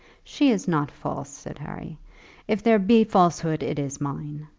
she is not false, said harry if there be falsehood, it is mine.